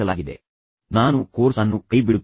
ಆದ್ದರಿಂದ ನಾನು ಕೋರ್ಸ್ ಅನ್ನು ಕೈಬಿಡುತ್ತಿದ್ದೇನೆ